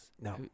No